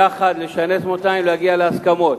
יחד לשנס מותניים ולהגיע להסכמות.